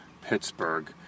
Pittsburgh